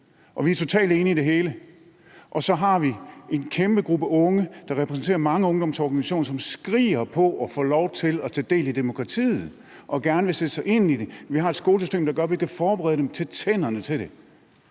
Vi er totalt enige i det hele. Og så har vi en kæmpe gruppe unge, der repræsenterer mange ungdomsorganisationer, som skriger på at få lov til at tage del i demokratiet og gerne vil sætte sig ind i det. Vi har et skolesystem, der gør, at vi kan forberede dem til tænderne til det,